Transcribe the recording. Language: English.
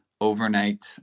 overnight